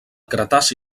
cretaci